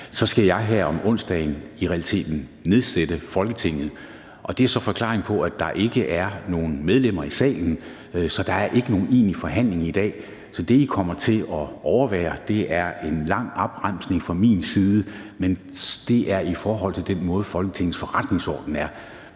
skal jeg her om onsdagen i realiteten nedsætte Folketingets udvalg, og det er så forklaringen på, at der ikke er nogen medlemmer i salen og der ikke er nogen egentlig forhandling i dag. Så det, I kommer til at overvære, er en lang opremsning fra min side, men det er sådan, Folketingets forretningsorden er.